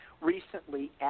recently